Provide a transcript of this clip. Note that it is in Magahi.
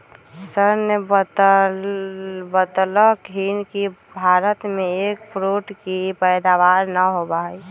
सर ने बतल खिन कि भारत में एग फ्रूट के पैदावार ना होबा हई